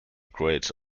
grades